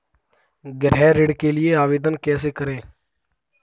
गृह ऋण के लिए आवेदन कैसे करें?